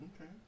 Okay